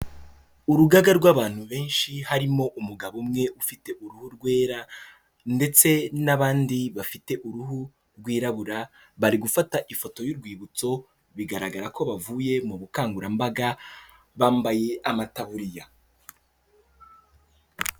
Urugaga rw'abantu benshi harimo umugabo umwe ufite uruhu rwera ndetse n'abandi bafite uruhu rwirabura, bari gufata ifoto y'urwibutso bigaragara ko bavuye mu bukangurambaga bambaye amataburiya.